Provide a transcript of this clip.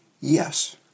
Yes